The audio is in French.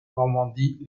normandie